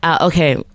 okay